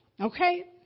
Okay